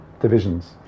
divisions